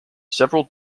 several